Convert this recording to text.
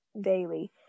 Daily